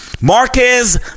Marquez